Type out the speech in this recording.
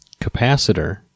capacitor